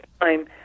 time